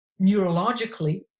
neurologically